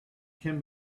can